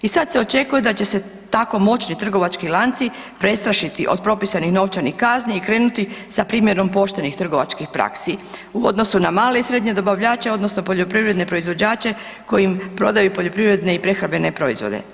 I sad se očekuje da će se tako moćni trgovački lanci prestrašiti od propisanih novčanih kazni i krenuti sa primjenom poštenih trgovačkih praksi u odnosu na male i srednje dobavljače odnosno poljoprivredne proizvođače kojim prodaju poljoprivredne i prehrambene proizvode.